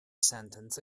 sentence